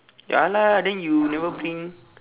ya lah then you never bring